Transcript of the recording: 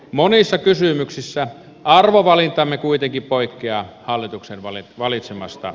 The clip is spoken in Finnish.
monissa kysymyksissä arvovalintamme kuitenkin poikkeaa hallituksen valitsemasta linjasta